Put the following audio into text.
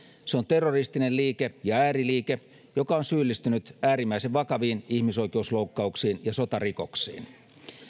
se on terroristinen liike ja ääriliike joka on syyllistynyt äärimmäisen vakaviin ihmisoikeusloukkauksiin ja sotarikoksiin